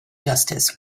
justice